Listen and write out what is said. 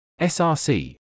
src